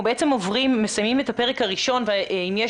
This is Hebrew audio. אנחנו מסיימים את הפרק הראשון ואם יש